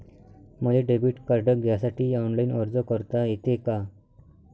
मले debit card घ्यासाठी online अर्ज करता येते का?